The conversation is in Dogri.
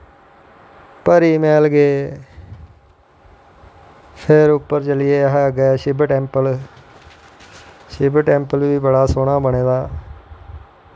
परिमैह्ल गे फिर उप्पर चली गे अस शिव टैंपल शिव टैंपल बी बड़ा सोह्नां बनें दा ऐ